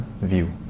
view